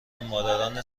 مادران